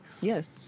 Yes